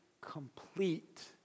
complete